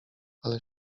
ale